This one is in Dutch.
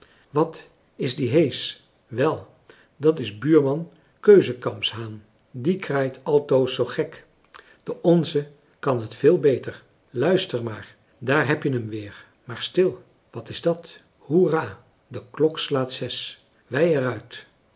wat is die heesch wel dat is buurman keuzekamps haan die kraait altoos zo gek de onze kan het veel beter luister maar daar heb je'm weer maar stil wat is dàt hoera de klok slaat zes wij er